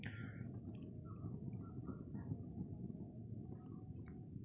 हमरा किछ पैसा जमा करबा के छै, अभी ब्याज के दर की छै?